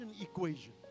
equation